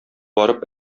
барып